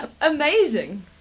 amazing